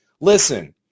Listen